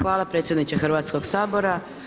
Hvala predsjedniče Hrvatskog sabora.